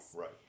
Right